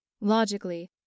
Logically